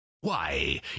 Why